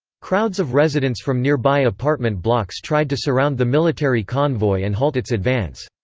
crowds of residents from nearby apartment blocks tried to surround the military convoy and halt its advance.